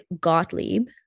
Gottlieb